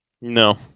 No